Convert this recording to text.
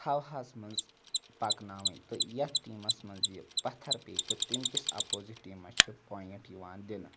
ہَوہَس منٛز پَکناوٕنۍ تہٕ یَتھ ٹیٖمَس منٛز یہِ پَتھَر پے تہٕ تمۍ کِس اَپوزِٹ ٹیٖمَس چھِ پویِنٛٹ یِوان دِنہٕ